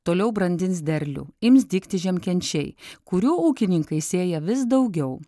toliau brandins derlių ims dygti žiemkenčiai kurių ūkininkai sėja vis daugiau